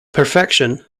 perfection